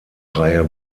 reihe